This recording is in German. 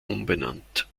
umbenannt